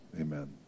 Amen